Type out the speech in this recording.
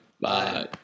Bye